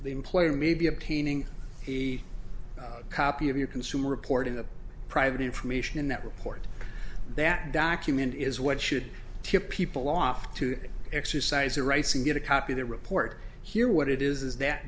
the employer may be obtaining the copy of your consumer report in a private information in that report that document is what should tip people off to exercise their rights and get a copy that report here what it is that